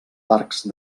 parcs